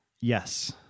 Yes